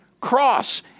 cross